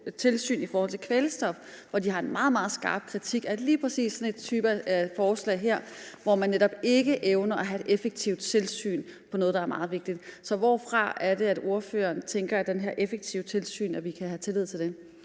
tilsynet omkring kvælstof, hvor de har en meget, meget skarp kritik af lige præcis sådan en type forslag som det her, hvor man netop ikke evner at have et effektivt tilsyn med noget, der er meget vigtigt. Så hvorfra er det at ordføreren tænker, at det her effektive tilsyn er noget, vi kan have tillid til?